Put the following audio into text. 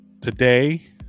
Today